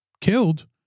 killed